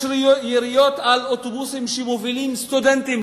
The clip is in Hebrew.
יש יריות על אוטובוסים שמובילים סטודנטים,